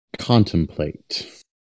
Contemplate